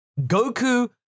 Goku